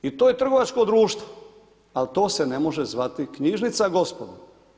I to je trgovačko društvo ali to se ne može zvati knjižnica gospodo.